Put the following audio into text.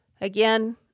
Again